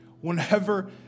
Whenever